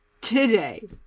today